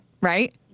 Right